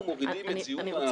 אנחנו מובילים מציאות.